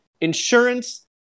insurance